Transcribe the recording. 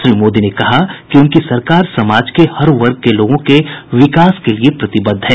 श्री मोदी ने कहा कि उनकी सरकार समाज के हर वर्ग के लोगों के विकास के लिए प्रतिबद्ध है